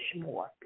more